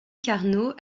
carnot